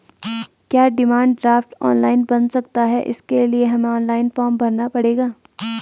क्या demand draft online बन सकता है इसके लिए हमें ऑनलाइन फॉर्म भरना पड़ेगा?